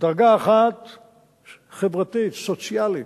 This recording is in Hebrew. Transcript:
דרגה אחת חברתית, סוציאלית.